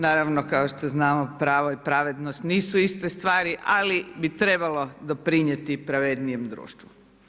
Naravno kao što znamo, pravo i pravednost, nisu iste stvari, ali bi trebalo doprinijeti pravednijem društvu.